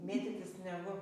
mėtytis sniegu